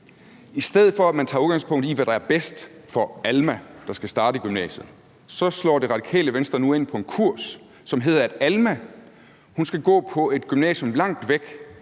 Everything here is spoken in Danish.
I stedet for at man tager udgangspunkt i, hvad der er bedst for Alma, der skal starte i gymnasiet, så slår Radikale Venstre nu ind på en kurs, som handler om, at Alma skal gå på et gymnasium langt væk